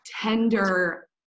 tender